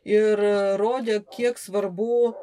ir rodė kiek svarbu